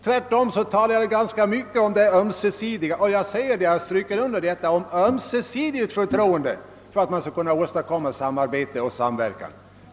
Tvärtom talade jag ganska mycket om det ömsesidiga förtroende — jag understryker detta — som behövs för att man skall kunna åstadkomma samarbete och samverkan.